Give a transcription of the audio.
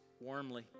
warmly